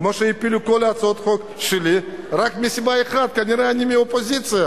כמו שהפילו את כל הצעות החוק שלי רק מסיבה אחת: כנראה אני מהאופוזיציה.